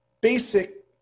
basic